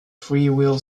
freewheel